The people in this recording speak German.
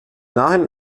nahen